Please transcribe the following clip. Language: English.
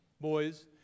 boys